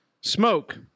Smoke